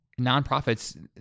nonprofits